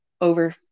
over